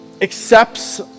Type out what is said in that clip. accepts